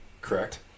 correct